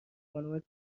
خانومه